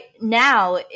now